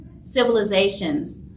civilizations